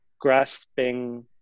grasping